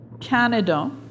Canada